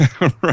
Right